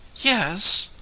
yes,